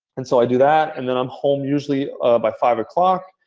and so i do that. and then i'm home usually by five o'clock.